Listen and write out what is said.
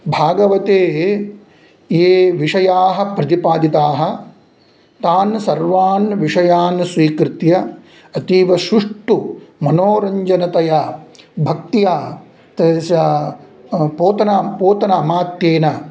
भागवते ये विषयाः प्रतिपादिताः तान् सर्वान् विषयान् स्वीकृत्य अतीवशुष्टुमनोरञ्जनतया भक्त्या तेस्सा पोतन पोतन अमात्येन